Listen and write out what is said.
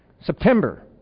September